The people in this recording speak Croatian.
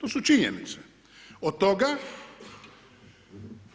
To su činjenice, od toga,